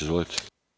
Izvolite.